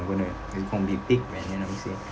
gonna it gonna be peak man you know what I'm saying